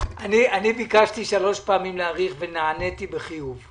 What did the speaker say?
ביקשתי שלוש פעמים להאריך ונעניתי בחיוב,